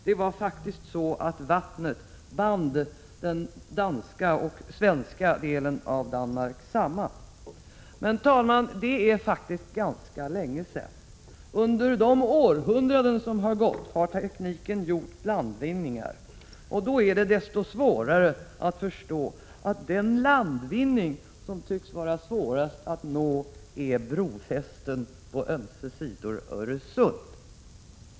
Det var faktiskt så att vattnet band den danska och den svenska delen av Danmark samman. Men det är, som sagt, faktiskt ganska länge sedan. Under de århundraden som gått har tekniken gjort stora landvinningar. Då är det desto svårare att förstå att den landvinning som tycks vara svårast att nå är brofästen på ömse sidor Öresund.